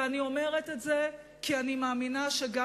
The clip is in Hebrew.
ואני אומרת את זה כי אני מאמינה שגם